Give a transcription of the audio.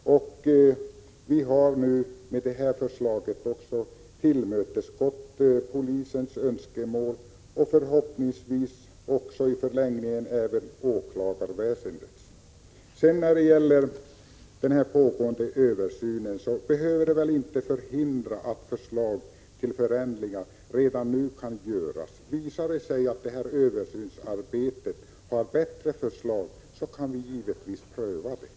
Vi har nu med detta förslag tillmötesgått polisens önskemål och i förlängningen förhoppningsvis också åklagarväsendets. Beträffande den pågående översynen: Den behöver väl inte förhindra att förändringar redan nu kan göras. Visar det sig att översynsarbetet leder fram till bättre förslag kan vi naturligtvis pröva dem.